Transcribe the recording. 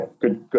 good